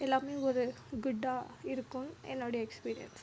எல்லாமே ஒரு குட்டாக இருக்கும்னு என்னோட எக்ஸ்பீரியன்ஸ்